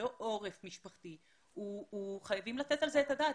ללא עורף משפחתי, חייבים לתת על זה את הדעת.